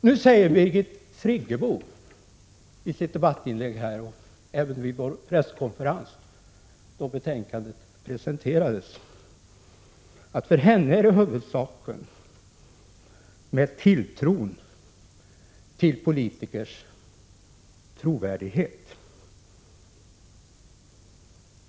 Nu säger Birgit Friggebo i sitt debattinlägg och även vid den presskonferens vi hade då betänkandet presenterades att för henne är huvudsaken politikernas trovärdighet.